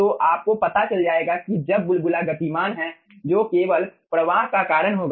तो आपको पता चल जाएगा कि जब बुलबुला गतिमान है जो केवल प्रवाह का कारण होगा